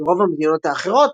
ברוב המדינות האחרות,